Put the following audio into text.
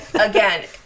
Again